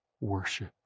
worship